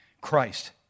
Christ